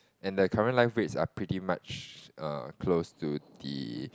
and the current live rates are pretty much close to the